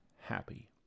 happy